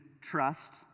trust